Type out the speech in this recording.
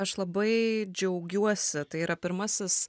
aš labai džiaugiuosi tai yra pirmasis